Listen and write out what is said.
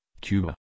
Cuba